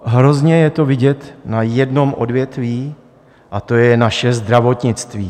Hrozně je to vidět na jednom odvětví, a to je naše zdravotnictví.